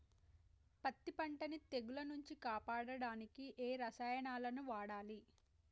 పత్తి పంటని తెగుల నుంచి కాపాడడానికి ఏ రసాయనాలను వాడాలి?